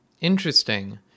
Interesting